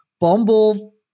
bumble